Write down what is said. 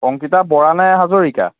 অংকিতা বৰা নে হাজৰিকা